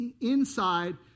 inside